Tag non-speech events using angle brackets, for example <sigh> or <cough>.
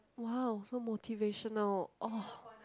!wow! so motivational <noise>